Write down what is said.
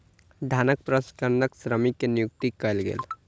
धानक प्रसंस्करणक श्रमिक के नियुक्ति कयल गेल